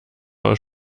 aus